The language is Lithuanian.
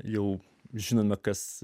jau žinome kas